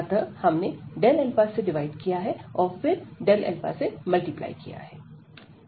अतः हमने से डिवाइड किया है और फिर से मल्टीप्लाई किया है